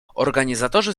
organizatorzy